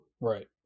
Right